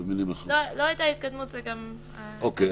לא הייתה התקדמות זה גם --- אוקיי,